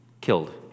killed